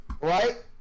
right